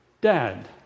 Dad